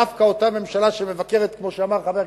דווקא אותה ממשלה שמבקרת, כמו שאמר חבר הכנסת,